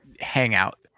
hangout